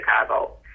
Chicago